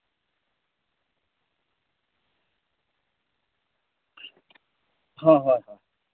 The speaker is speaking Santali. ᱦᱳᱭ ᱦᱳᱭ ᱦᱳᱭ